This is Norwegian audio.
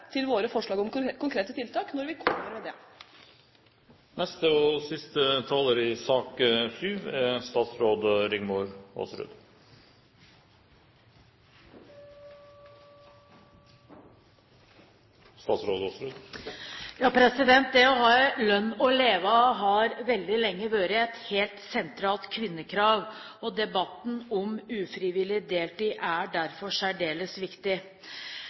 til våre forslag om konkrete tiltak når vi kommer med dem. Det å ha en lønn å leve av har veldig lenge vært et helt sentralt kvinnekrav, og debatten om ufrivillig deltid er derfor særdeles viktig.